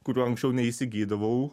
kurių anksčiau neįsigydavau